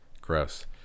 gross